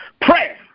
Prayer